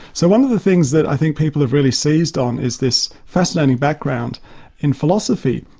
so one of the things that i think people have really seized on is this fascinating background in philosophy.